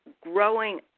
growing